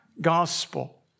gospel